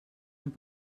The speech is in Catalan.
amb